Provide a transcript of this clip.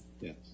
yes